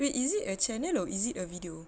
wait is it a channel or is it a video